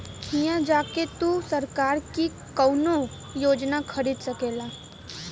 हिया जा के तू सरकार की कउनो योजना खरीद सकेला